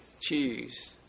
choose